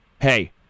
Hey